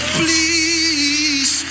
please